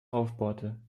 aufbohrte